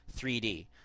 3D